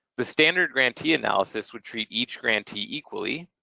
the standard grantee analysis would treat each grantee equally.